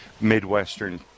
Midwestern